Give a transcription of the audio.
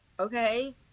okay